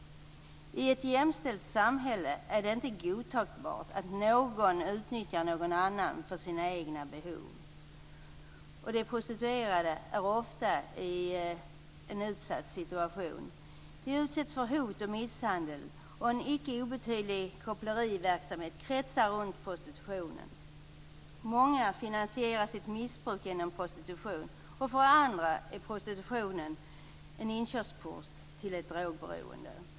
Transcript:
I ett jämställt samhälle är det inte godtagbart att någon utnyttjar någon annan för sina egna behov. De prostituerade befinner sig ofta i en utsatt situation. De utsätts för hot och misshandel, och en icke obetydlig koppleriverksamhet kretsar kring prostitutionen. Många finansierar sitt missbruk genom prostitution. För andra är prostitutionen en inkörsport till ett drogberoende.